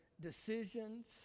decisions